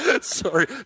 Sorry